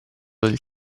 del